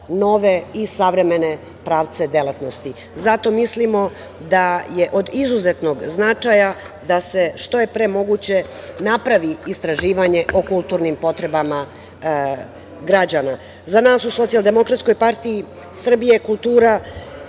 nove i savremene pravce delatnosti. Zato mislimo da je od izuzetnog značaja da se što je pre moguće napravi istraživanje o kulturnim potrebama građana.Za nas u SDPS kultura